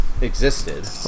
existed